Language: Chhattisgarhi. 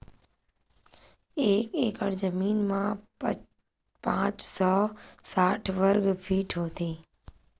एक एकड़ जमीन मा पांच सौ साठ वर्ग फीट होथे